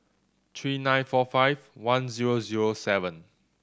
three nine four five one zero zero seven